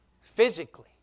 physically